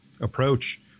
approach